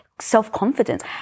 self-confidence